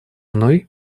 мной